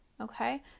Okay